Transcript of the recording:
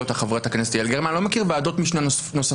אותה חברת הכנסת יעל גרמן אני לא מכיר ועדות משנה נוספות